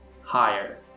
higher